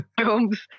films